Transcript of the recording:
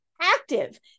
active